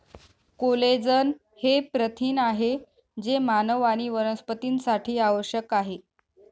collagen हे प्रथिन आहे जे मानव आणि वनस्पतींसाठी आवश्यक आहे